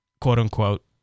quote-unquote